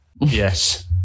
Yes